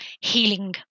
healing